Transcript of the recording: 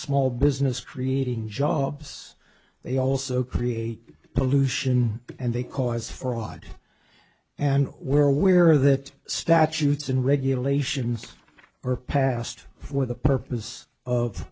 small business creating jobs they also create pollution and they cause fraud and we're aware that statutes and regulations are passed for the purpose of